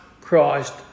Christ